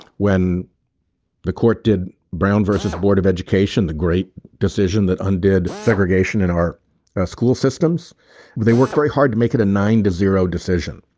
when the court did brown vs. board of education the great decision that undid segregation in our school systems but they worked very hard to make it a nine to zero decision.